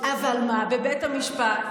אבל מה, בבית המשפט